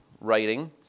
writing